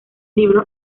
libros